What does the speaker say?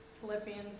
Philippians